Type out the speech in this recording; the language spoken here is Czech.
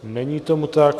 Není tomu tak.